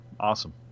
awesome